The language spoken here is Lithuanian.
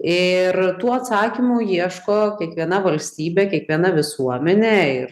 ir tų atsakymų ieško kiekviena valstybė kiekviena visuomenė ir